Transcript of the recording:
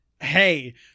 hey